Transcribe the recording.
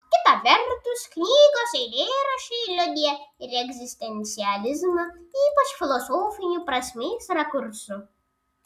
kita vertus knygos eilėraščiai liudija ir egzistencializmą ypač filosofiniu prasmės rakursu